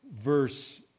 verse